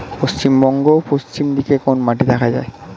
পশ্চিমবঙ্গ পশ্চিম দিকে কোন মাটি দেখা যায়?